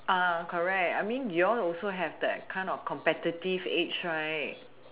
I mean you all also have that kind of competitive age right